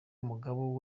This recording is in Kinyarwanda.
n’umugabo